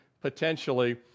potentially